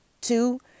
Two